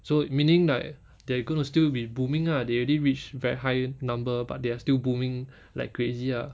so meaning like they are gonna still be booming ah they already reached very high number but they are still booming like crazy ah